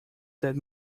that